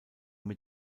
mit